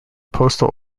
postal